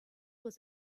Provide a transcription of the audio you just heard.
was